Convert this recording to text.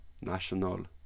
national